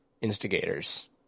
instigators